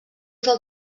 del